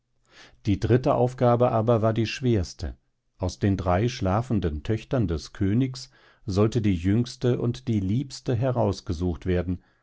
die dritte aufgabe aber war die schwerste aus den drei schlafenden töchtern des königs sollte die jüngste und die liebste herausgesucht werden